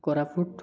Koraput